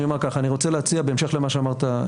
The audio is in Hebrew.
אני רוצה להציע בהמשך למה שאמרת.